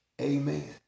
Amen